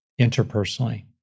interpersonally